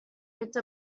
picked